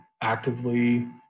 actively